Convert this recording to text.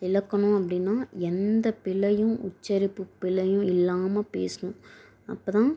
இலக்கணம் அப்படின்னா எந்த பிழையும் உச்சரிப்பு பிழையும் இல்லாமல் பேசணும் அப்போ தான்